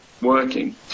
working